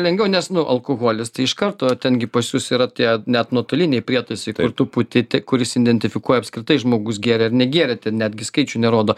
lengviau nes alkoholis tai iš karto ten gi pas jus yra tie net nuotoliniai prietaisai ir tu puti ti kuris identifikuoja apskritai žmogus gėrė ar negėrė ten netgi skaičių nerodo